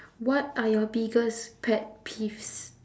what are your biggest pet peeves